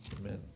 amen